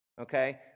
okay